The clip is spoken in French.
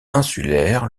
insulaire